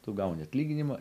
tu gauni atlyginimą